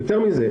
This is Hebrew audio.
יותר מזה,